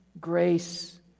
grace